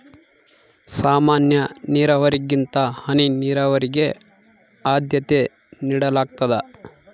ಸಾಮಾನ್ಯ ನೇರಾವರಿಗಿಂತ ಹನಿ ನೇರಾವರಿಗೆ ಆದ್ಯತೆ ನೇಡಲಾಗ್ತದ